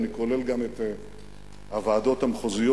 אני כולל גם את הוועדות המחוזיות.